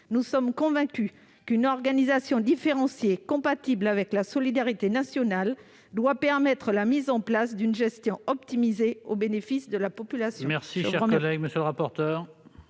Nous sommes convaincus qu'une organisation différenciée compatible avec la solidarité nationale doit permettre la mise en place d'une gestion optimisée au bénéfice de la population.